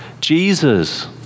Jesus